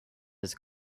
this